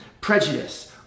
prejudice